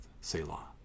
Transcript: Selah